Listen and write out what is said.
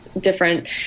different